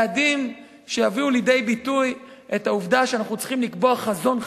יעדים שיביאו לידי ביטוי את העובדה שאנחנו צריכים לקבוע חזון חדש,